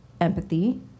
empathy